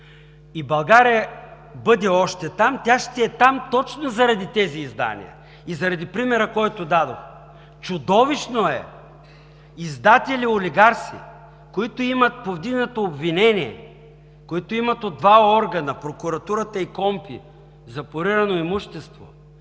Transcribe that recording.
и България бъде още там, тя ще е там точно заради тези издания и заради примера, който дадох. Чудовищно е издатели олигарси, които имат повдигнато обвинение, които имат от два органа – Прокуратурата и КПКОНПИ, запорирано имущество,